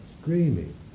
screaming